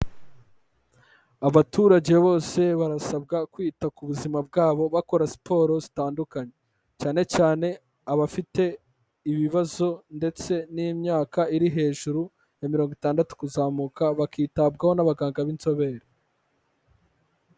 Abaturage bose barasabwa kwita ku buzima bwabo bakora siporo zitandukanye, cyane cyane abafite ibibazo ndetse n'imyaka iri hejuru ya mirongo itandatu kuzamuka, bakitabwaho n'abaganga b'inzobere.